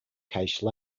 cache